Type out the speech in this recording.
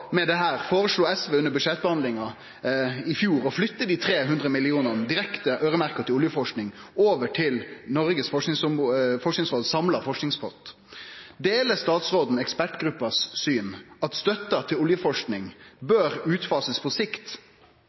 med dette føreslo SV under budsjettbehandlinga i fjor å flytte dei 300 mill. kr direkte øyremerkte oljeforsking over til den samla forskingspotten til Noregs forskingsråd. Deler statsråden synet til ekspertgruppa, at støtta til oljeforsking bør bli fasa ut på sikt?